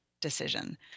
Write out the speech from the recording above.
decision